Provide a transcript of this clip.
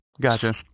Gotcha